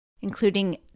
including